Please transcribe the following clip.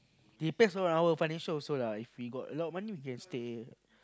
depends on our financial also lah if we got a lot money we can stay